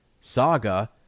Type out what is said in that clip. saga